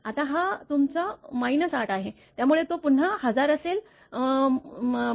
आता हा तुमचा 8 आहे त्यामुळे तो पुन्हा 1000 असेल 1